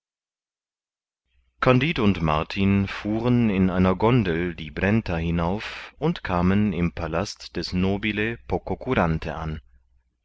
kandid und martin fuhren in einer gondel die brenta hinauf und kamen im palast des nobile pococurante an